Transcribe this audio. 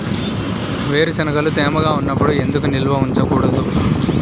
వేరుశనగలు తేమగా ఉన్నప్పుడు ఎందుకు నిల్వ ఉంచకూడదు?